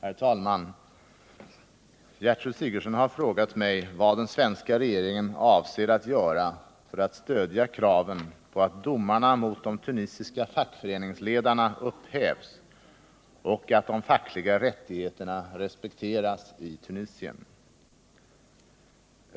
Herr talman! Gertrud Sigurdsen har frågat mig vad den svenska regeringen avser att göra för att stödja kraven på att domarna mot de tunisiska fackföreningsledarna upphävs och att de fackliga rättigheterna respekteras i Tunisien.